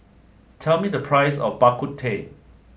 tell me the price of Bak Kut Teh